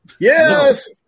Yes